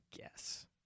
guess